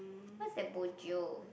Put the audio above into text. what's that bo jio